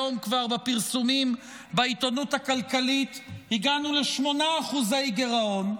היום בפרסומים בעיתונות הכלכלית כבר הגענו ל-8% גירעון.